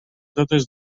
totes